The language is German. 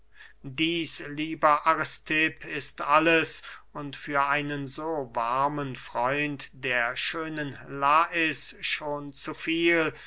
dieß lieber aristipp ist alles und für einen so warmen freund der schönen lais schon zu viel